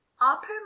upper